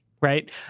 right